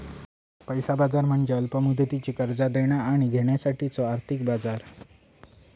पैसा बाजार म्हणजे अल्प मुदतीची कर्जा देणा आणि घेण्यासाठीचो आर्थिक बाजार